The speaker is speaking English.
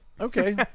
Okay